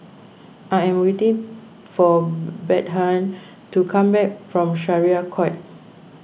I am waiting for Bethann to come back from Syariah Court